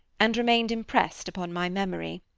and remained impressed upon my memory.